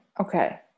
okay